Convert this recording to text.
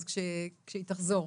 אז כשהיא תחזור.